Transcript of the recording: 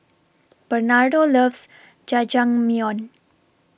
Bernardo loves Jajangmyeon